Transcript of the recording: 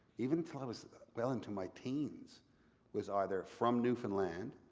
even till i was well into my teens was either from newfoundland,